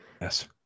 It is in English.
Yes